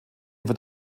wird